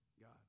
God